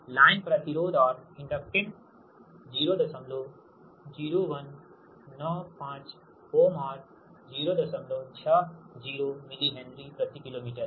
line प्रतिरोध और inductance 00195Ω और 060 मिली हेनरी प्रति किलोमीटर हैं